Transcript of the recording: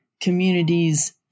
communities